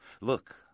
Look